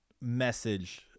message